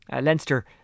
Leinster